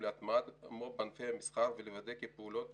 להטמעת מו"פ בענפי המסחר ולוודא כי הפעולות